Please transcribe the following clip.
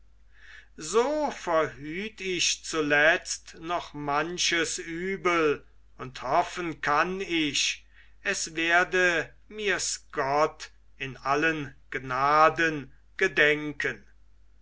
so verhüt ich zuletzt noch manches übel und hoffen kann ich es werde mirs gott in allen gnaden gedenken